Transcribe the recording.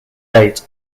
date